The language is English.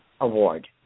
award